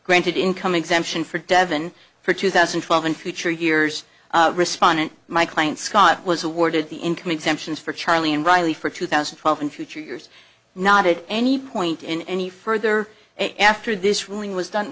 granted income exemption for devon for two thousand and twelve in future years respondent my client scott was awarded the income exemptions for charlie and riley for two thousand and twelve in future years not at any point in any further after this ruling was done